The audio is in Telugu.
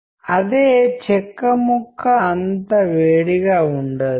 కొన్నిసార్లు అవి ఐక్యంగా ఉండొచ్చు అవి అనుకూలంగా ఉండవచ్చు